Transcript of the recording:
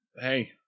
Hey